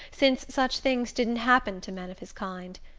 since such things didn't happen to men of his kind.